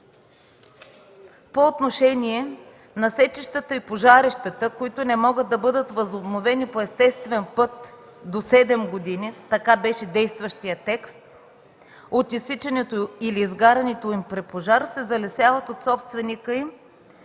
по отношение на сечищата и пожарищата, които не могат да бъдат възобновени по естествен път до седем години – така беше действащият текст – „от изсичането или изгарянето им при пожар се залесяват от собственика им